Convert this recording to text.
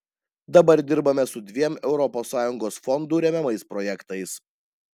dabar dirbame su dviem europos sąjungos fondų remiamais projektais